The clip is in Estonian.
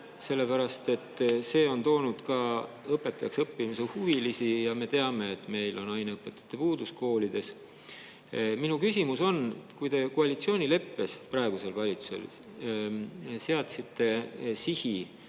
sellepärast et see on toonud ka õpetajaks õppimise huvilisi ja me teame, et meil on aineõpetajate puudus koolides. Minu küsimus on, kui te koalitsioonileppes praegusel valitsusel seadsite sihi,